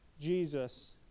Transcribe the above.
Jesus